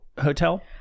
hotel